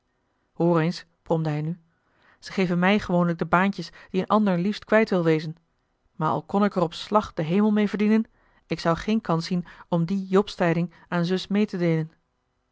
bromde hij nu ze geven mij gewoonlijk de baantjes die een ander liefst kwijt wil wezen maar al kon ik er op slag den hemel mee verdienen ik zou geen kans zien om die jobstijding aan zus mee te deelen